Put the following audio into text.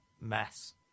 mess